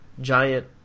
giant